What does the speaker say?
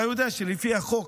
אתה יודע שלפי החוק,